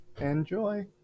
Enjoy